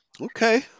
okay